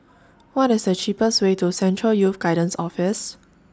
What IS The cheapest Way to Central Youth Guidance Office